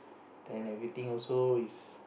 then everything also is